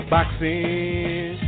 Boxing